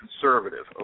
conservative